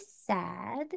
sad